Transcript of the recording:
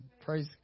Praise